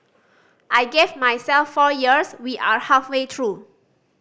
I gave myself four years we are halfway through